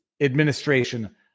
administration